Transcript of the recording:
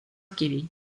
kivi